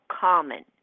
common